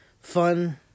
Fun